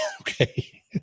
Okay